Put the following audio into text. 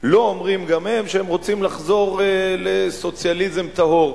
לא אומרים גם הם שהם רוצים לחזור לסוציאליזם טהור.